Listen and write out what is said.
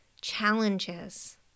challenges